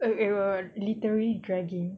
you were you were literally dragging